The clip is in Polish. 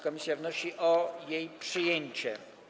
Komisja wnosi o jej przyjęcie.